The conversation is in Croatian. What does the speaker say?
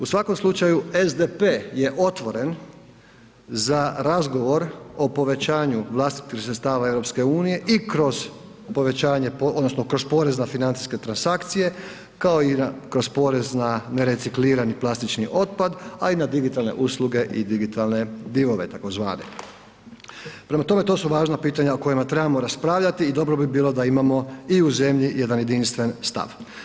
U svakom slučaju SDP je otvoren za razgovor o povećanju vlastitih sredstava EU i kroz povećanje odnosno kroz porez na financijske transakcije kao i kroz porez na nereciklirani plastični otpad, a i na digitalne usluge i digitalne divove tzv. Prema tome, to su važna pitanja o kojima trebamo raspravljati i dobro bi bilo da imamo i u zemlji jedan jedinstven stav.